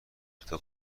ابتدا